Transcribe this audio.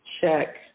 check